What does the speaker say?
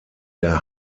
der